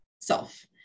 self